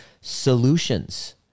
solutions